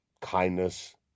kindness